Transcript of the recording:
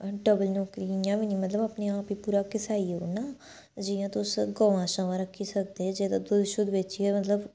double नौकरी इ'यां बी नेईं मतलब अपने आप गी पूरा घसाई ओड़ना जि'यां तुस गवां शवां रक्खी सकदे जेह्दा दुद्ध शुद्ध बिच्च गै मतलब